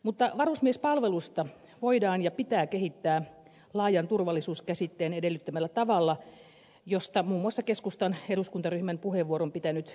mutta varusmiespalvelusta voidaan ja pitää kehittää laajan turvallisuuskäsitteen edellyttämällä tavalla josta muun muassa keskustan eduskuntaryhmän puheenvuoron pitänyt ed